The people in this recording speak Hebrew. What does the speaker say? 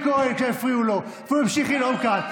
כהן כשהפריעו לו והוא המשיך לנאום כאן.